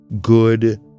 good